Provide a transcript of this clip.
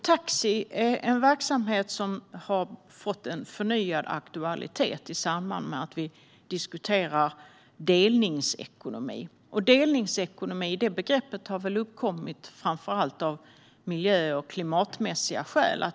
Taxi är en verksamhet som har fått en förnyad aktualitet i samband med att vi diskuterar delningsekonomi. Begreppet "delningsekonomi" har väl uppkommit framför allt av miljö och klimatmässiga skäl.